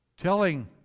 telling